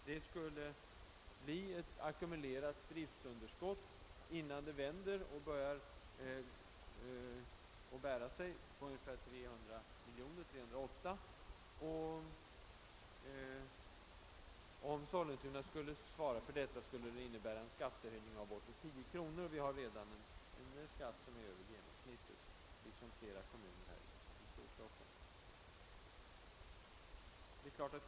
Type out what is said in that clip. Det väntas bli ett ackumulerat driftunderskott på 308 miljoner kronor innan det börjar bära sig. Skulle Sollentuna svara för det skulle det innebära en skattehöjning på bortåt 10 kronor, och skatten är redan, liksom för flera andra kommuner i Storstockholmsområdet, högre än genomsnittet.